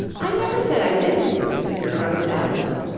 i never said i didn't interrupted alice.